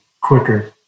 quicker